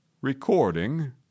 Recording